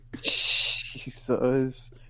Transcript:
Jesus